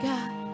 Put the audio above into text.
God